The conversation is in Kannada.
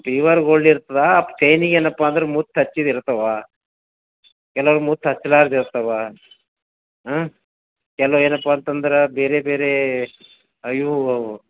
ಪಿವರ ಗೋಲ್ಡ್ ಇರ್ತದೆ ಚೈನಿಗೆ ಏನಪ್ಪ ಅಂದ್ರೆ ಮುತ್ತು ಹಚ್ಚಿದ್ದು ಇರ್ತವೆ ಕೆಲವು ಮುತ್ತು ಹಚ್ಚಲಾರದ್ದು ಇರ್ತವೆ ಹಾಂ ಕೆಲವು ಏನಪ್ಪ ಅಂತಂದ್ರೆ ಬೇರೆ ಬೇರೆ ಇವು